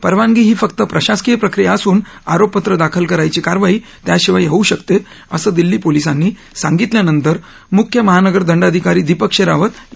परवानगी ही फक्त प्रशासकीय प्रक्रिया असून आरोपपत्र दाखल करायची कारवाई त्याशिवायही होऊ शकते असं दिल्ली पोलिसांनी सांगितल्यानंतर मुख्य महानगर दंडाधिकारी दीपक शेरावत यांनी हे निरिक्षण नोंदवलं